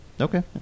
Okay